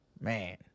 Man